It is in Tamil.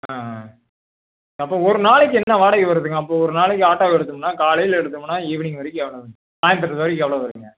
ஆ அப்போ ஒரு நாளைக்கு என்ன வாடகை வருதுங்க அப்போ ஒரு நாளைக்கு ஆட்டோ வருதுங்க அண்ணா காலையில் எடுத்தோம்னா ஈவினிங் வரைக்கும் எவ்வளோ வரும் சாய்ந்தரம் வரைக்கும் எவ்வளோ வருங்க